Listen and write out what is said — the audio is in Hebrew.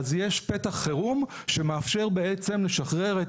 אז יש פתח חירום שמאפשר בעצם לשחרר את